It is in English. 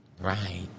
Right